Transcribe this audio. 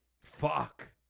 Fuck